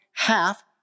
half